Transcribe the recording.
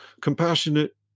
compassionate